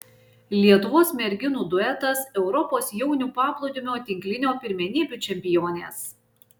lietuvos merginų duetas europos jaunių paplūdimio tinklinio pirmenybių čempionės